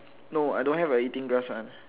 no I don't have a eating grass one